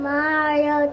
Mario